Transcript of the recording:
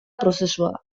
prozesua